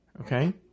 Okay